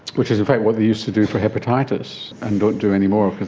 which is in fact what they used to do for hepatitis and don't do anymore,